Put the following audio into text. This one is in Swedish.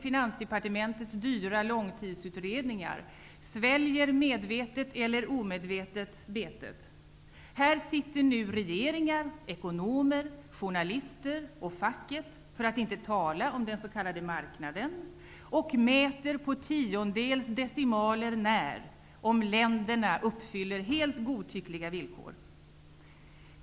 Finansdepartementets dyra långtidsutredningar, sväljer medvetet eller omedvetet betet. Här sitter nu regeringar, ekonomer, journalister och facket, för att inte tala om den s.k. marknaden, och mäter på tiondels decimaler när, om länderna uppfyller helt godtyckliga villkor.